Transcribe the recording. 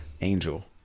angel